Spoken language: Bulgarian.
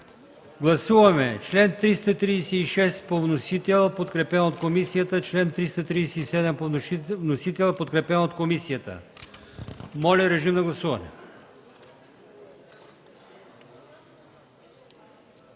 Гласуваме чл. 336 по вносител, подкрепен от комисията и чл. 337 по вносител, подкрепен от комисията. Гласували